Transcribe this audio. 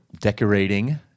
decorating